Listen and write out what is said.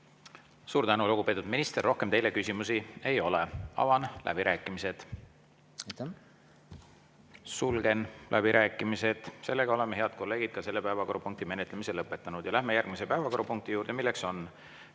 Suur tänu, lugupeetud minister! Rohkem teile küsimusi ei ole. Avan läbirääkimised. Sulgen läbirääkimised. Oleme, head kolleegid, ka selle päevakorrapunkti menetlemise lõpetanud. Läheme järgmise päevakorrapunkti juurde, milleks on